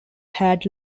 had